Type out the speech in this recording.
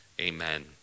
Amen